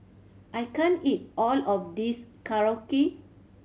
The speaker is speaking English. I can't eat all of this Korokke